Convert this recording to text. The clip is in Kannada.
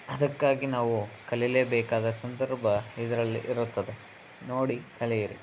ಅದಕ್ಕಾಗಿ ನಾವು ಕಲಿಯಲೇಬೇಕಾದ ಸಂದರ್ಭ ಇದರಲ್ಲಿ ಇರುತ್ತದೆ ನೋಡಿ ಕಲಿಯಿರಿ